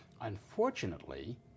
Unfortunately